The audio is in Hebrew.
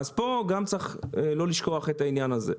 פה צריך לא לשכוח את העניין הזה.